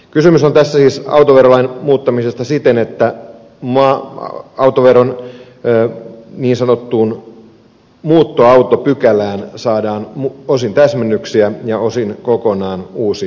kysymys on tässä siis autoverolain muuttamisesta siten että autoverolain niin sanottuun muuttoautopykälään saadaan osin täsmennyksiä ja osin kokonaan uusi pykälä